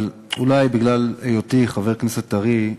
אבל אולי בגלל היותי חבר כנסת טרי,